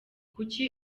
kuki